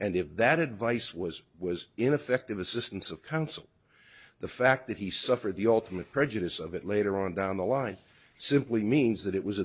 and if that advice was was ineffective assistance of counsel the fact that he suffered the ultimate prejudice of it later on down the line simply means that it was